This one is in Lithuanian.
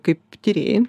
kaip tyrėjai